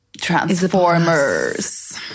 Transformers